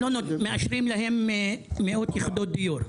לא מאשרים להם מאות יחידות דיור.